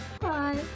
bye